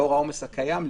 לאור העומס הקיים,